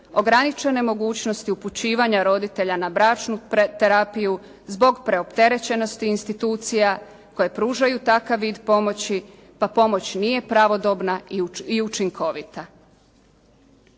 ograničene mogućnosti upućivanja roditelja na bračnu terapiju zbog preopterećenosti institucija koje pružaju takav vid pomoći pa pomoć nije pravodobna i učinkovita.